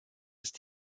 ist